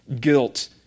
guilt